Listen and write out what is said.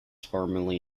formerly